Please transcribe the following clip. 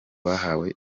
bahawe